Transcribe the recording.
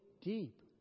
deep